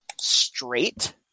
straight